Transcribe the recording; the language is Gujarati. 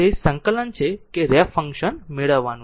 તે સંકલન છે કે રેમ્પ ફંક્શન મેળવવું છે